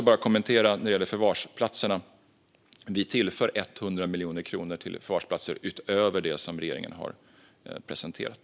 När det gäller förvarsplatserna vill jag bara kommentera att vi tillför 100 miljoner utöver det som regeringen har presenterat.